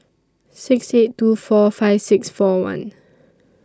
six eight two four five six four one